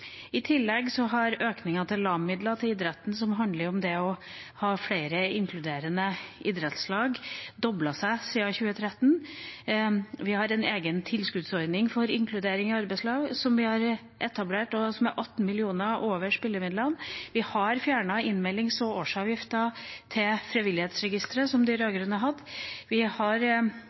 I tillegg har økningen til LAM-midler til idretten, som handler om å ha flere inkluderende idrettslag, doblet seg siden 2013. Vi har etablert en egen tilskuddsordning for inkludering i idretten, som er på 18 mill. kr, over spillemidlene. Vi har fjernet innmeldings- og årsavgiften til frivillighetsregisteret som de rød-grønne hadde. For å gjøre byråkratiet mindre har vi opphevet loven om registrering ved innsamling. Vi har